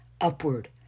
upward